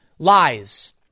Lies